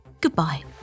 goodbye